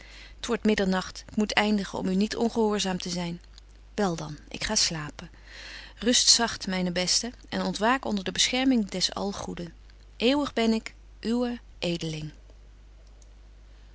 t wordt middernagt ik moet eindigen om u niet ongehoorzaam te zyn wel dan ik ga slapen rust zagt myne beste en ontwaak onder de bescherming des algoeden eeuwig ben ik